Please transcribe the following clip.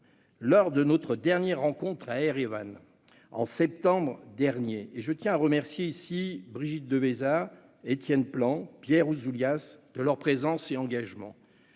Lors de notre dernière rencontre à Erevan, en septembre dernier- je remercie ici Brigitte Devésa, Étienne Blanc et Pierre Ouzoulias de leur présence et de leur engagement